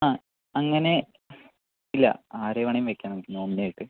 ആ അങ്ങനെ ഇല്ല ആരെ വേണേം വെക്കാം നമുക്ക് നോമിനി ആയിട്ട്